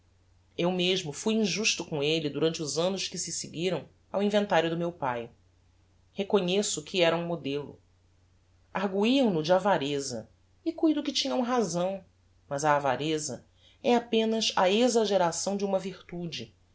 eu mesmo fui injusto com elle durante os annos que se seguiram ao inventario do meu pae reconheço que era um modelo arguiam no de avareza e cuido que tinham razão mas a avareza é apenas a exageração de uma virtude